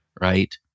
right